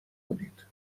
کنید